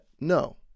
No